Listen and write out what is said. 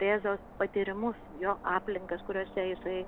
rėzos patyrimus jo aplinkas kuriose jisai